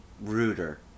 ruder